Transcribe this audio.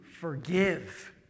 forgive